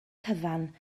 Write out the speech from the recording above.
cyfan